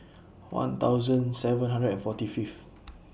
one thousand seven hundred and forty Fifth